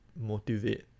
motivate